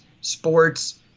sports